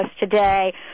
today